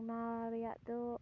ᱚᱱᱟ ᱨᱮᱭᱟᱜ ᱫᱚ